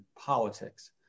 politics